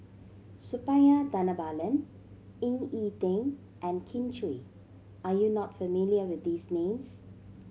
Suppiah Dhanabalan Ying E Ding and Kin Chui are you not familiar with these names